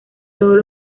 todos